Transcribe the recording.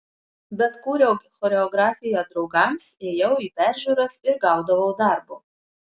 bet kūriau choreografiją draugams ėjau į peržiūras ir gaudavau darbo